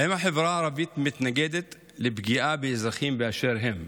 האם החברה הערבית מתנגדת לפגיעה באזרחים באשר הם?